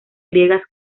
griegas